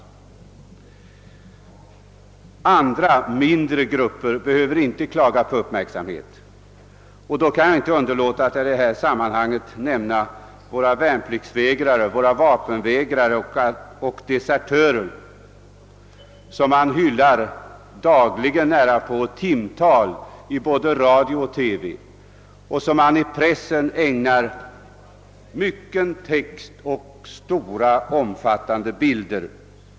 Andra, mindre grupper behöver inte klaga på uppmärksamhet, och jag kan inte underlåta att härvid nämna värnpliktsvägrarna, vapenvägrarna och desertörerna, som nästan dagligen i timtal hyllas i både radio och TV och som pressen ägnar mycken text och stora bilder.